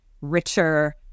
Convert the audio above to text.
richer